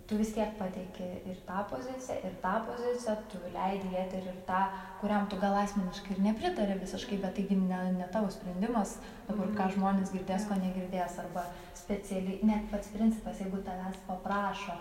tu vis tiek pateiki ir tą poziciją ir tą poziciją tu leidi į eterį ir tą kuriam tu gal asmeniškai ir nepritari visiškai bet tai gi ne ne tavo sprendimas dabar ką žmonės girdės ko negirdės arba speciali net pats principas jeigu tavęs paprašo